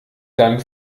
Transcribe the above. dann